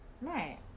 Right